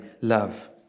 love